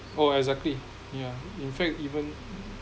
oh exactly yeah in fact even